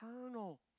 eternal